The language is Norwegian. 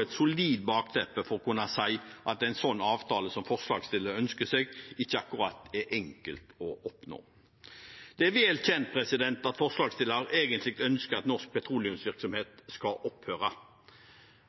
et solid bakteppe for å kunne si at en slik avtale som forslagsstillerne ønsker seg, ikke akkurat er enkel å oppnå. Det er vel kjent at forslagsstillerne egentlig ønsker at norsk petroleumsvirksomhet skal opphøre,